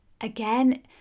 again